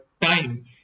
time